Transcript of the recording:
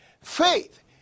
Faith